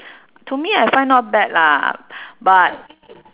to me I find not bad lah but